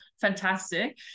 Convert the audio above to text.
fantastic